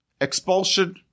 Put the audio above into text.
Expulsion